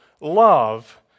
love